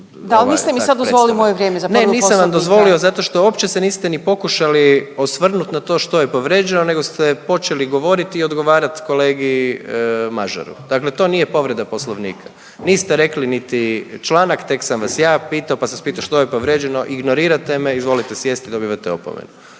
u isto vrijeme./… **Jandroković, Gordan (HDZ)** Ne nisam vam dozvolio zato što uopće se niste ni pokušali osvrnut na to što je povređeno nego ste počeli govoriti i odgovarat kolegi Mažaru. Dakle, to nije povreda poslovnika. Niste rekli niti članak tek sam vas ja pitao, pa sam vas pitao što je povređeno ignorirate me. Izvolite sjesti dobivate opomenu.